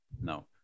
No